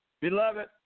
Beloved